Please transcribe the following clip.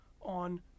on